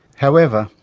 however,